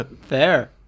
fair